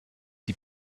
die